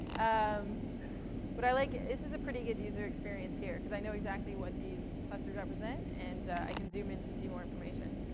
um but i like this is a pretty good user experience here, because i know exactly what these clusters represent, and i can zoom in to see more information.